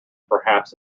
perhaps